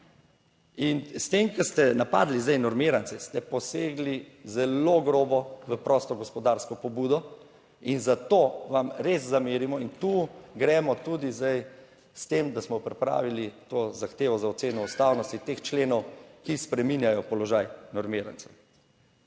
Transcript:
In s tem, ko ste napadli zdaj normirance, ste posegli zelo grobo v prosto gospodarsko pobudo in zato vam res zamerimo in tu gremo tudi zdaj s tem, da smo pripravili to zahtevo za oceno ustavnosti teh členov, ki spreminjajo položaj normirancev.